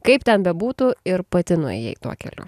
kaip ten bebūtų ir pati nuėjai tuo keliu